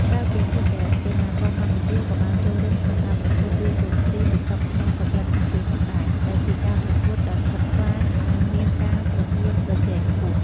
ក្រៅពីស៊ីហ្គេម កីឡាករកម្ពុជាក៏បានចូលរួមក្នុងការប្រកួតវាយកូនឃ្លីលើតុក្នុងកម្រិតអាស៊ីផងដែរ ដែលជាការប្រកួតដ៏ស្វិតស្វាញ និងមានការប្រកួតប្រជែងខ្ពស់។